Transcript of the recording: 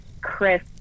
Chris